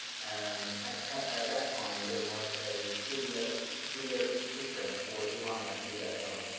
and at at that time there was a clear yeah ah clear preference for iranian food at home,